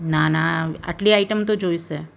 ના ના આટલી આઇટમ તો જોઈશે